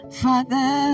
father